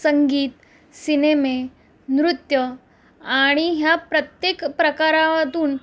संगीत सिनेमे नृत्य आणि ह्या प्रत्येक प्रकारातून